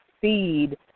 feed